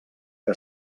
que